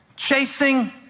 Chasing